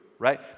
right